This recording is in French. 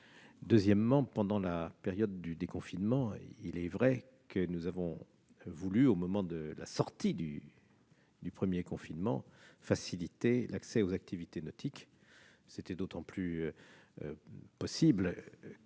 important. Ensuite, il est vrai que nous avons voulu, au moment de la sortie du premier confinement, faciliter l'accès aux activités nautiques. C'était d'autant plus possible